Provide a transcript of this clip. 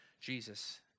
Jesus